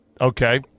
Okay